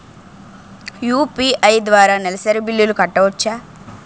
UPI ద్వారా నెలసరి బిల్లులు కట్టవచ్చా?